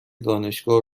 دانشگاه